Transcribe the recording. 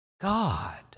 God